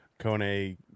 Kone